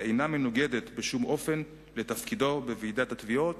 ואינה מנוגדת בשום אופן לתפקידו בוועידת התביעות,